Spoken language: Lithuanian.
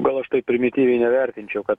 gal aš taip primityviai nevertinčiau kad